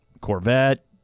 Corvette